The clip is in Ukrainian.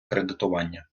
кредитування